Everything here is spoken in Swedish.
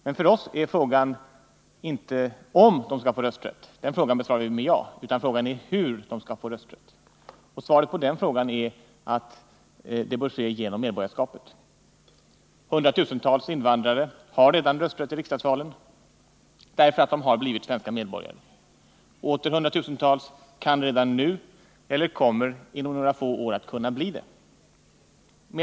Men för oss är frågan inte om invandrarna skall få rösträtt — den frågan besvarar vi med ja — utan frågan är hur de skall få rösträtt. Svaret på den frågan är att det bör ske genom medborgarskapet. Hundratusentals invandrare har redan rösträtt till riksdagsvalen, därför att de har blivit svenska medborgare. Åter hundratusentals kan redan nu bli eller kommer inom några få år att kunna bli svenska medborgare.